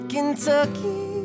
Kentucky